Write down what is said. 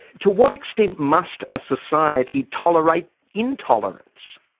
to what extent must a society tolerate intolerance?